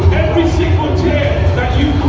single tear that you